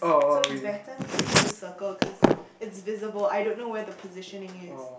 so it's better that you circle cause it's visible I don't know where the positioning is